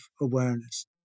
awareness